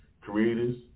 creators